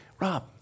Rob